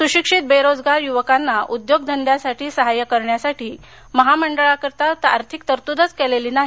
सुशिक्षीत बेरोजगार युवकांना उद्योगधंदयांसाठी सहाय्य करण्यासाठी महामंडळासाठी आर्थिक तरतुदच केलेली नाही